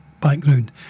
background